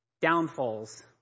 downfalls